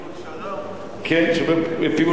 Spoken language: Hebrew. כן, שומר פיו ולשונו שומר מצרות נפשו.